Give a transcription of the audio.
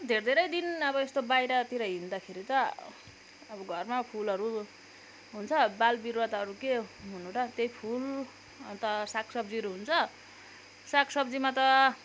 धेर धेरै दिन अब यस्तो बाहिरतरि हिड्दाखेरि त अब घरमा फुलहरू हुन्छ बाल बिरुवा त अरू के हुनु र त्यही फुल अन्त साग सब्जीहरू हुन्छ साग सब्जीमा त